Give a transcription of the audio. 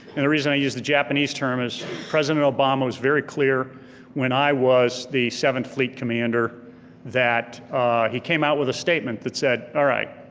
and the reason i use the japanese term is president obama was very clear when i was the seventh fleet commander that he came out with a statement that said alright,